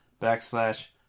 backslash